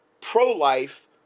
pro-life